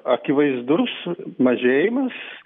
akivaizdus mažėjimas